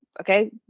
okay